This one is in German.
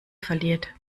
verliert